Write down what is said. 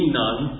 none